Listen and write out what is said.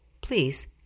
Please